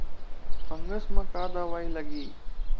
Fungus म का दवाई लगी?